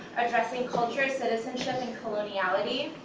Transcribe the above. addressing culture, citizenship, and coloniality.